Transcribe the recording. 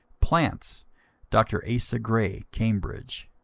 plants dr. asa gray, cambridge.